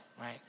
right